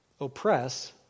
oppress